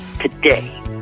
today